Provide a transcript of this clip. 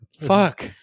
Fuck